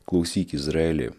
klausyk izraeli